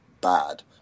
bad